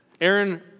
Aaron